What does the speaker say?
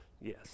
Yes